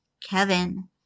Kevin